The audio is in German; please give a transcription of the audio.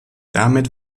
damit